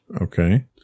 Okay